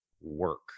work